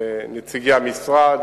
נציגי המשרד